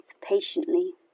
patiently